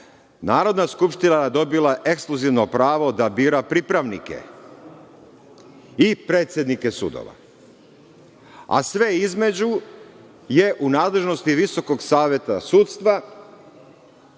Narodna skupština je dobila ekskluzivno pravo da bira pripravnike i predsednike sudova, a sve između je u nadležnosti VSS, a Ustavni sud